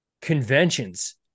conventions